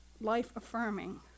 life-affirming